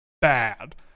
bad